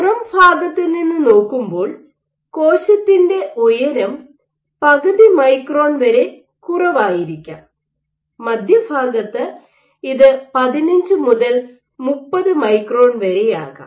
പുറം ഭാഗത്തു നിന്ന് നോക്കുമ്പോൾ കോശ ത്തിൻറെ ഉയരം പകുതി മൈക്രോൺ വരെ കുറവായിരിക്കാം മധ്യഭാഗത്ത് ഇത് 15 മുതൽ 30 മൈക്രോൺ വരെയാകാം